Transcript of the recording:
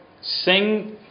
sing